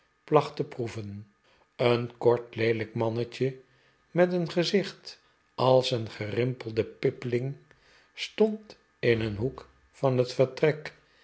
placht te proeven een kort leelijk mannetje met een gezicht als een gerimpelde pippeling stond in een hoek van het vertrek